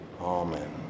Amen